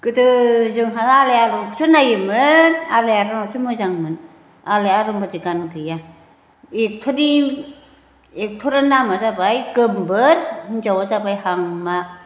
गोदो जोंहा आलायारनखौसो नायोमोन आलायारनासो मोजांमोन आलायारन बादि गान गैया एक्टरनि एक्टरनि नामआ जाबाय गोम्बोर हिनजावआ जाबाय हांमा